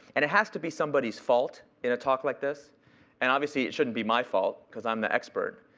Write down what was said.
and it has to be somebody's fault in a talk like this and obviously it shouldn't be my fault cause i'm the expert.